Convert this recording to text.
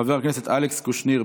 חבר הכנסת אלכס קושניר,